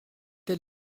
tel